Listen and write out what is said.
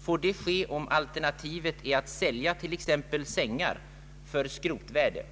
Får det ske om alternativet är att sälja t.ex. sängar för skrotvärdet?